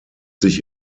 sich